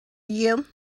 you